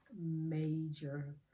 major